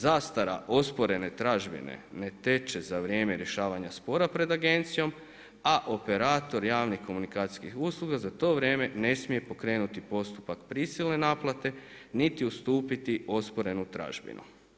Zastara osporene tražbine ne teče za vrijeme rješavanja spora pred agencijom, a operator javnih komunikacijskih usluga za to vrijeme ne smije pokrenuti postupak prisilne naplate niti ustupiti osporenu tražbinu.